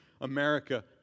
America